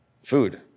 food